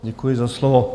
Děkuji za slovo.